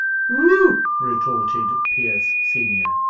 whew! retorted pierce senior,